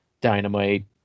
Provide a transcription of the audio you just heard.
dynamite